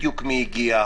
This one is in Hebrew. מי הגיע.